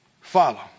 Follow